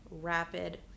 rapid